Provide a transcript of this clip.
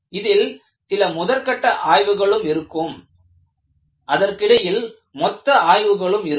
இதில் சில முதற்கட்ட ஆய்வுகளும் இருக்கும் அதற்கிடையில் மொத்த ஆய்வுகளும் இருக்கும்